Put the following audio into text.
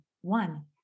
one